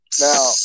Now